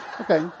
Okay